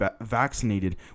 vaccinated